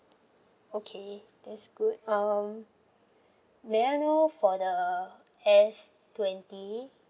okay that's good um may I know for the S twenty